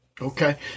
Okay